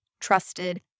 trusted